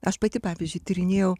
aš pati pavyzdžiui tyrinėjau